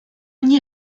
nie